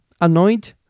annoyed